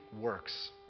works